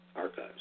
archives